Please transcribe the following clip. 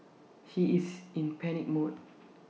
he is in panic mode